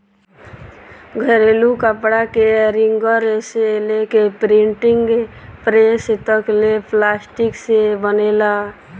घरेलू कपड़ा के रिंगर से लेके प्रिंटिंग प्रेस तक ले प्लास्टिक से बनेला